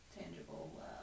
tangible